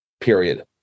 period